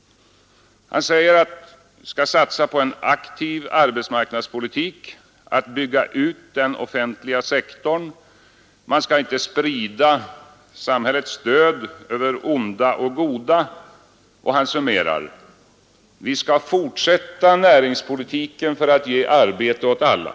Han säger att man skall satsa på en aktiv arbetsmarknadspolitik, bygga ut den offentliga sektorn, inte sprida samhällets stöd till onda och goda, och han summerar: Vi skall fortsätta näringspolitiken för att ge arbete åt alla.